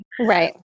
Right